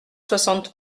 soixante